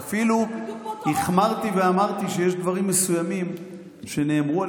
ואפילו החמרתי ואמרתי שיש דברים מסוימים שנאמרו על